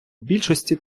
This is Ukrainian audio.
більшості